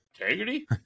integrity